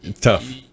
tough